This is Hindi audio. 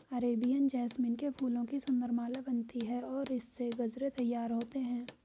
अरेबियन जैस्मीन के फूलों की सुंदर माला बनती है और इससे गजरे तैयार होते हैं